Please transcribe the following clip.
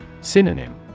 Synonym